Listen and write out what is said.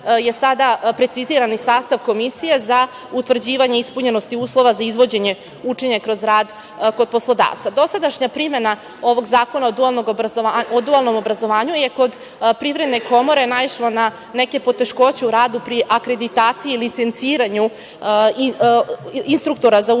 je sada precizirani sastav Komisije za utvrđivanje ispunjenosti uslova za izvođenje učenja kroz rad kod poslodavca. Dosadašnja primena ovog Zakona o dualnom obrazovanju je kod Privredne komore naišla na neke poteškoće u radu pri akreditaciji i licenciranju instruktora za učenje